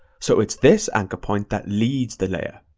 so it's this anchor point that leads the layer.